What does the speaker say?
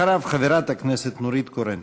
אחריו, חברת הכנסת נורית קורן.